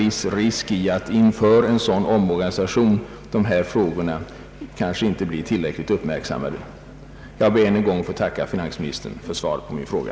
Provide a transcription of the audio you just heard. Just vid tidpunkten för en sådan omorganisation kan det finnas viss risk för att dessa frågor inte blir tillräckligt uppmärksammade. Jag ber än en gång att få tacka finansministern för svaret på min fråga.